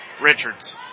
Richards